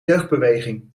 jeugdbeweging